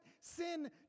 sin